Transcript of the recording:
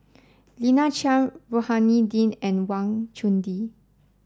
Lina Chiam Rohani Din and Wang Chunde